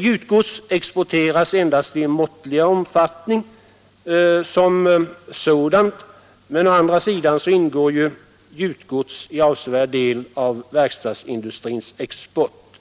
Gjutgods som sådant exporteras endast i måttlig omfattning, men å andra sidan ingår gjutgods i en avsevärd del av verkstadsindustrins export.